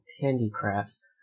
handicrafts